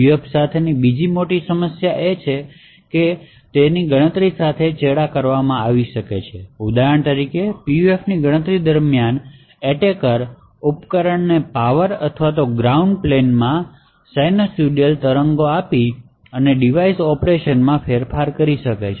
PUF સાથેની બીજી મોટી સમસ્યા એ છે કે ઉદાહરણ તરીકે ગણતરી સાથે ચેડાં કરવામાં આવે છે ઉદાહરણ તરીકે PUF ગણતરી દરમિયાન આક્રમણ કરનાર ઉપકરણને પાવર અથવા ગ્રાઉન્ડ પ્લેનમાં સિનુસાઇડલ તરંગો આપી ને ડિવાઇસ ઓપરેશનમાં ફેરફાર કરી શકે છે